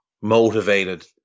motivated